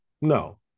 No